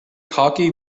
cocky